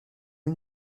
une